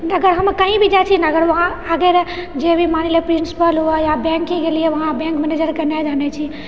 तऽ अगर हम कही भी जाइ छियै ने अगर वहाँ अगर जे भी मारे लऽ प्रिन्सिपल हुअ या बैंके गेलिऐ वहाँ बैंक मैनेजरकेँ नहि जानै छी